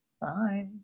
bye